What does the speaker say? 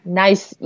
nice